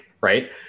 right